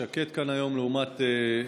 שקט כאן היום לעומת אתמול,